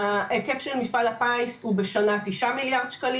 ההיקף של מפעל הפיס בשנה הוא 9,000,000,000 ₪,